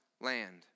land